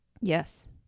Yes